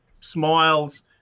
smiles